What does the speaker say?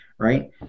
right